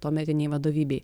tuometinei vadovybei